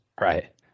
Right